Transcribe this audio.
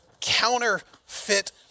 counterfeit